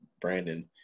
Brandon